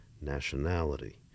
nationality